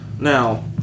Now